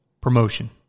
promotion